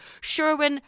Sherwin